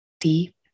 Deep